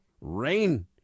rain